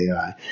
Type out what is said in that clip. AI